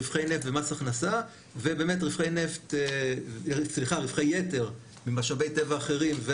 רווחי נפט ובאמת רווחי יתר ממשאבי טבע אחרים,